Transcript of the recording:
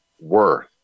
worth